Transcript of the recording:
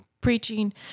preaching